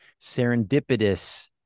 serendipitous